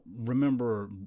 remember